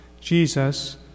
Jesus